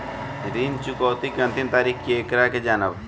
ऋण चुकौती के अंतिम तारीख केगा जानब?